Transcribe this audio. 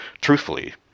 truthfully